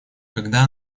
когда